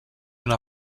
una